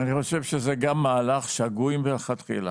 ואני חושב שזה גם מהלך שגוי מלכתחילה